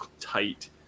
tight